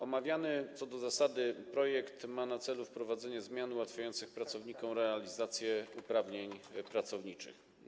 Omawiany projekt co do zasady ma na celu wprowadzenie zmian ułatwiających pracownikom realizację uprawnień pracowniczych.